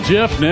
Jeff